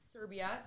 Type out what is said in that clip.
Serbia